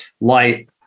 light